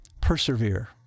persevere